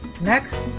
Next